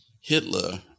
Hitler